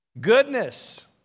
Goodness